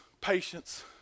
patience